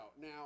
Now